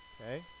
Okay